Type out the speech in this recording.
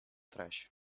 trash